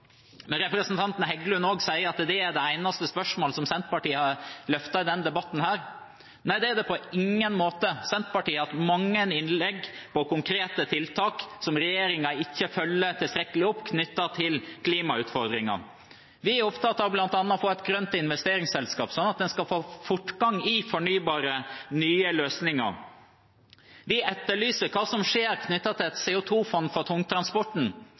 Representanten Heggelund sier også at det er det eneste spørsmålet som Senterpartiet har løftet i denne debatten. Nei, det er det på ingen måte. Senterpartiet har hatt mange innlegg om konkrete tiltak som regjeringen ikke følger tilstrekkelig opp, knyttet til klimautfordringene. Vi er opptatt av bl.a. å få et grønt investeringsselskap, sånn at en skal få fortgang i fornybare, nye løsninger. Vi etterlyser hva som skjer knyttet til et CO 2 -fond for tungtransporten,